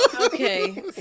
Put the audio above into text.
Okay